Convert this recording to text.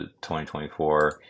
2024